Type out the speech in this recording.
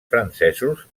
francesos